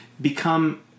become